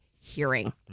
hearing